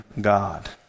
God